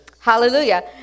Hallelujah